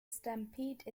stampede